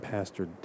Pastor